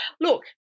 Look